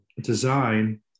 design